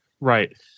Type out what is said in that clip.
Right